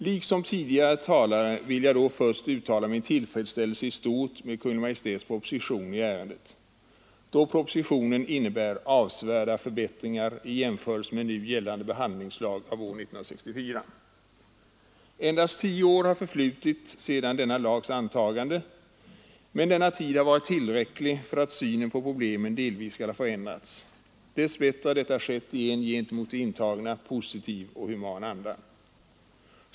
Liksom tidigare talare vill jag då först uttala min tillfredsställelse i stort med Kungl. Maj:ts proposition i ärendet, eftersom propositionen innebär avsevärda förbättringar i jämförelse med nu gällande behandlingslag av år 1964. Endast tio år har förflutit sedan lagen antogs, men denna tid har varit tillräcklig för att synen på problemen delvis skall ha förändrats. Dess bättre har detta skett i en gentemot de intagna positiv och human anda.